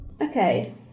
Okay